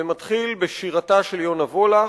זה מתחיל בשירתה של יונה וולך,